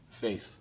faith